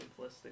simplistic